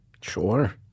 Sure